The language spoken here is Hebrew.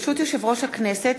ברשות יושב-ראש הכנסת,